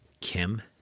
Kim